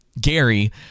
Gary